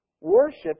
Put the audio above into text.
Worship